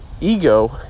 ego